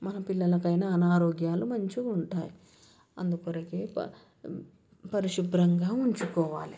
మన పిల్లలకైనా అనారోగ్యాలు మంచిగ ఉంటాయి అందుకొరకే పరిశుభ్రంగా ఉంచుకోవాలి